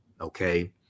okay